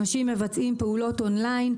אנשים מבצעים פעולות און-ליין,